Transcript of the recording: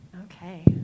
Okay